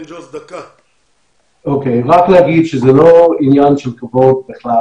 רק להגיד שזה לא עניין של כבוד בכלל,